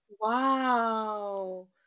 Wow